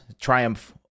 Triumph